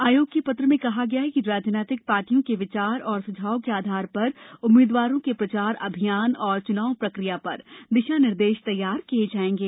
आयोग के पत्र में कहा गया है कि राजनीतिक पार्टियों के विचार और सुझाव के आधार पर उम्मीदवारों के प्रचार अभियान और चुनाव प्रक्रिया पर दिशा निर्देश तैयार किए जाएंगे